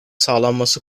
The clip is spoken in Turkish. sağlanması